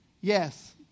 Yes